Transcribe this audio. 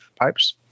pipes